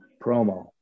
promo